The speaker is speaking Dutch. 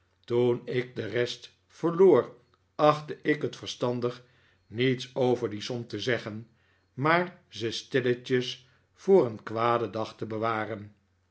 toen ik de rest verloor achtte ik het verstandig niets over die som te zeggen maar ze stilletjes voor een kwaden dag te bewaren